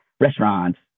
restaurants